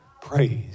Praise